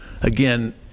Again